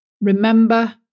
remember